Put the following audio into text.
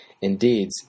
Indeed